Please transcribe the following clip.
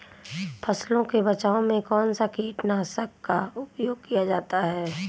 फसलों के बचाव में कौनसा कीटनाशक का उपयोग किया जाता है?